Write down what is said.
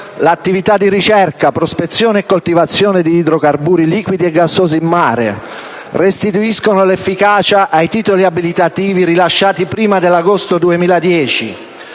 l'attività di ricerca, prospezione e coltivazione di idrocarburi liquidi e gassosi in mare; restituiscono l'efficacia ai titoli abilitativi rilasciati prima dell'agosto 2010;